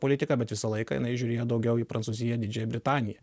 politiką bet visą laiką jinai žiūrėjo daugiau į prancūziją didžiąją britaniją